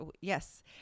Yes